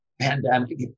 pandemic